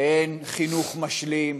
ואין חינוך משלים,